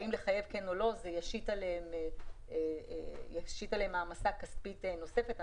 זה ישית עליהן מעמסה כספית נוספת.